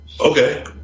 okay